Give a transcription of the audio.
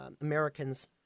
Americans